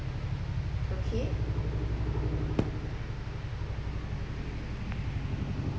okay